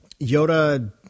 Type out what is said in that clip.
Yoda